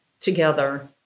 together